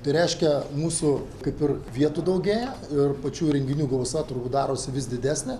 tai reiškia mūsų kaip ir vietų daugėja ir pačių renginių gausa turbūt darosi vis didesnė